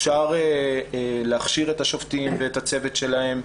אפשר להכשיר את השופטים ואת הצוות שלהם,